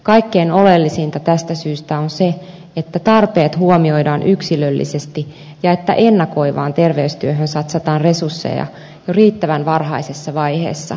kaikkein oleellisinta tästä syystä on se että tarpeet huomioidaan yksilöllisesti ja että ennakoivaan terveystyöhön satsataan resursseja jo riittävän varhaisessa vaiheessa